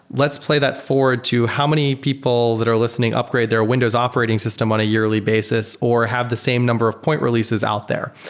let's play that forward to how many people that are listening upgrade their windows operating system on a yearly basis or have the same number of point releases out there?